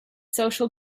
social